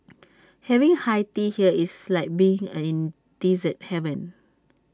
having high tea here is like being and in dessert heaven